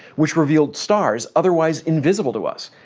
which revealed stars otherwise invisible to us,